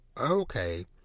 okay